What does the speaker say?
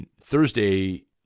Thursday